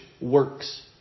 works